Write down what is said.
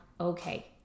okay